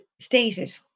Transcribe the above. stated